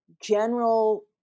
general